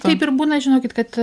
taip ir būna žinokit kad